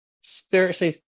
spiritually